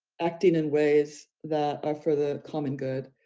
acting in ways that are for the common good.